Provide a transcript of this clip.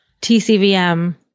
tcvm